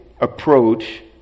approach